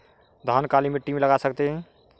धान काली मिट्टी में लगा सकते हैं?